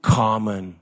common